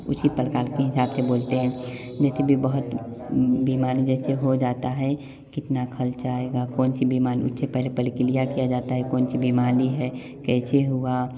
इसी प्रकार के हिसाब से बोलते हैं जैसे बी बहुत बीमारी जैसे हो जाता है कितना खर्च आएगा कौन सी बीमारियों से पहले पहले क्लियर किया जाता है कौन सी बीमारी है कैसे हुआ